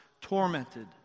tormented